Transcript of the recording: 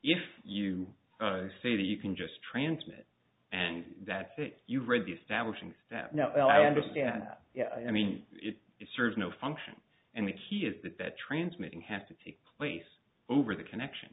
if you say that you can just transmit and that's it you read the establishing that no well i understand that i mean it serves no function and the key is that that transmitting have to take place over the connection